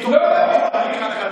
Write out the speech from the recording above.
תגיד שתחזרו אלינו עם תשובה,